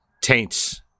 taints